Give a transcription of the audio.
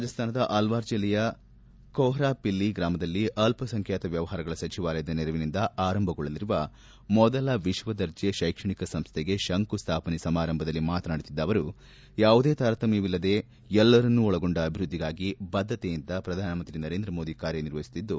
ರಾಜ್ಹಾನದ ಅಲ್ವಾರ್ ಜಿಲ್ಲೆಯ ಕೊಹ್ರಾಪಿಷ್ಲಿ ಗ್ರಾಮದಲ್ಲಿ ಅಲ್ಲಸಂಖ್ಯಾತ ವ್ಯವಹಾರಗಳ ಸಚಿವಾಲಯದ ನೆರವಿನಿಂದ ಆರಂಭಗೊಳ್ಳಲಿರುವ ಮೊದಲ ವಿಶ್ವದರ್ಜೆ ಶೈಕ್ಷಣಿಕ ಸಂಸೈಗೆ ಶಂಕುಸ್ಥಾಪನೆ ಸಮಾರಂಭದಲ್ಲಿ ಮಾತನಾಡುತ್ತಿದ್ದ ಅವರು ಯಾವುದೇ ತಾರತಮ್ಯವಿಲ್ಲದೆ ಎಲ್ಲರನ್ನೊಳಗೊಂಡ ಅಭಿವೃದ್ದಿಗಾಗಿ ಬದ್ದತೆಯಿಂದ ಪ್ರಧಾನಮಂತ್ರಿ ಕಾರ್ಯನಿರ್ವಹಿಸುತ್ತಿದ್ದು